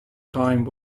time